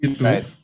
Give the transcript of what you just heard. Right